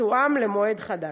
תתואם למועד חדש.